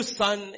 son